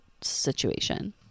situation